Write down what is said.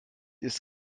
ist